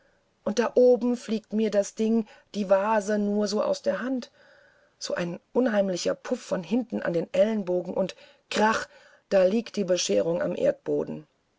und da oben fliegt mir das ding die vase nur so aus der hand so ein heimlicher puff von hinten an den ellbogen und krach da lag die bescherung am erdboden